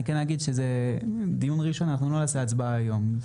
אני כן אגיד שזהו דיון ראשון, לא נעשה הצבעה היום.